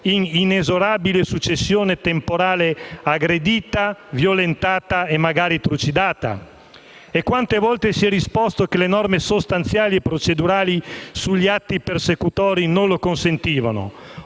in inesorabile successione temporale, aggredita, violentata e magari trucidata? E quante volte si è risposto che le norme sostanziali e procedurali sugli atti persecutori non lo consentivano?